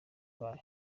bayo